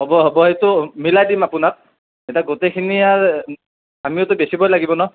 হ'ব হ'ব এইটো মিলাই দিম আপোনাক এতিয়া গোটেইখিনি আৰু আমিওটো বেচিবই লাগিব ন